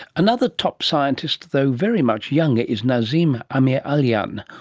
another top scientist, though very much younger, is nasim amiralian,